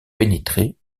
pénétrer